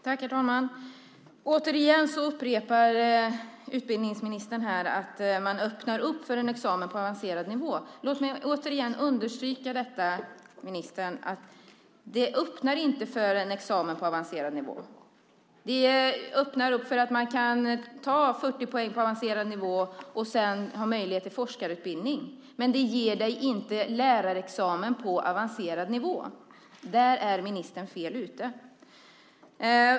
Herr talman! Återigen upprepar utbildningsministern att man öppnar för en examen på avancerad nivå. Låt mig återigen understryka detta, ministern, att det öppnar inte för en examen på avancerad nivå. Det öppnar för att man kan ta 40 poäng på avancerad nivå och sedan har möjlighet till forskarutbildning. Men det ger inte en lärarexamen på avancerad nivå. Där är ministern fel ute.